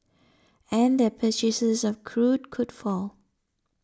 and their purchases of crude could fall